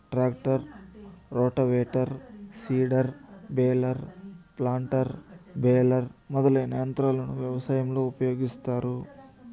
tractor, rotavator, seeder, baler, planter, baler మొదలైన యంత్రాలను వ్యవసాయంలో ఉపయోగిస్తాన్నారు